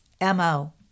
MO